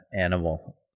animal